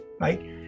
right